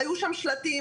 אז היו שם שלטים,